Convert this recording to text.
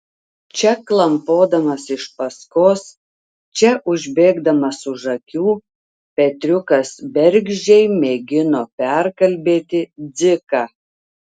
čia klampodamas iš paskos čia užbėgdamas už akių petriukas bergždžiai mėgino perkalbėti dziką